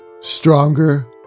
Stronger